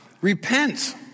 Repent